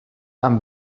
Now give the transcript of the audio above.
amb